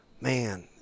man